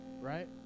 Right